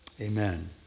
Amen